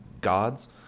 gods